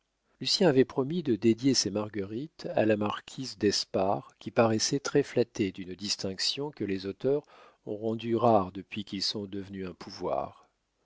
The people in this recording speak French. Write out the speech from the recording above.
lucien avait promis de dédier ses marguerites à la marquise d'espard qui paraissait très flattée d'une distinction que les auteurs ont rendue rare depuis qu'ils sont devenus un pouvoir